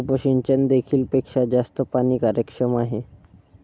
उपसिंचन देखील पेक्षा जास्त पाणी कार्यक्षम आहे